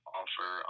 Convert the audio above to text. offer